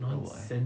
oh why